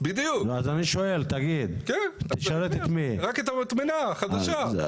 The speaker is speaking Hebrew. רק את המטמנה החדשה.